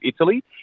Italy